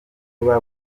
bavuze